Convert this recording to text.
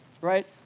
Right